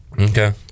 Okay